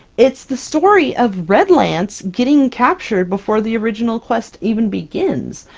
it's the story of redlance getting captured before the original quest even begins!